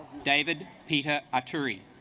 david peter artery